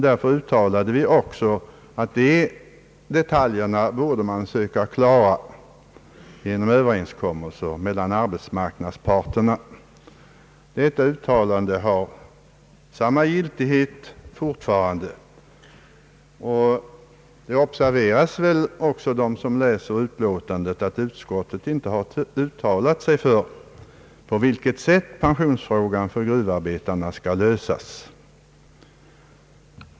Därför uttalade vi också att man borde söka klara de detaljerna genom överenskommelser mellan arbetsmarknadsparterna. Detta uttalande har samma giltighet fortfarande. De som läser utskottsutlåtandet observerar väl också, att utskottet inte uttalat sig om på vilket sätt pensionsfrågan för gruvarbetarna skall lösas.